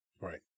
right